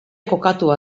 kokatua